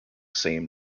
same